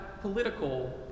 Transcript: political